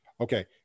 okay